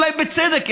אולי בצדק,